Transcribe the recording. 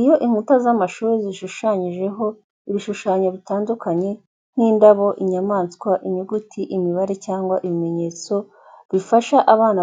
Iyo inkuta z'amashuri zishushanyijeho ibishushanyo bitandukanye nk'indabo, inyamaswa, inyuguti, imibare cyangwa ibimenyetso bifasha abana